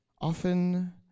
often